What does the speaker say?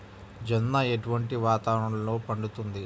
జొన్న ఎటువంటి వాతావరణంలో పండుతుంది?